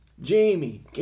Jamie